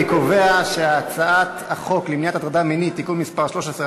אני קובע שהצעת חוק למניעת הטרדה מינית (תיקון מס' 13),